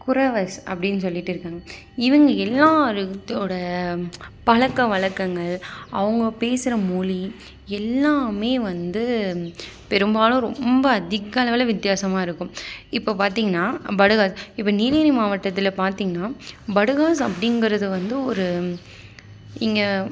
குறவர்ஸ் அப்படின்னு சொல்லிகிட்டு இருக்காங்க இவங்க எல்லாருத்தோடய பழக்கவழக்கங்கள் அவங்க பேசுகிற மொழி எல்லாம் வந்து பெரும்பாலும் ரொம்ப அதிக அளவில் வித்தியாசமாக இருக்கும் இப்போ பார்த்தீங்கனா படுகாஸ் இப்போ நீலகிரி மாவட்டத்தில் பார்த்தீங்கனா படுகாஸ் அப்படிங்கிறது வந்து ஒரு இங்கே